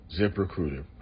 ZipRecruiter